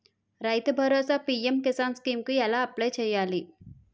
రైతు Bharosa PM Kisan scheme కు ఎలా అప్లయ్ చేయాలి?